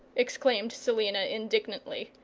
exclaimed selina, indignantly.